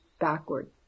backward